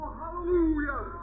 hallelujah